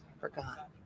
Forgot